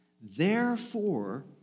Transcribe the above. Therefore